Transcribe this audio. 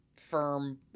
firm